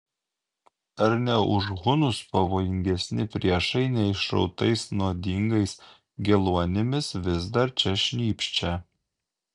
ar ne už hunus pavojingesni priešai neišrautais nuodingais geluonimis vis dar čia šnypščia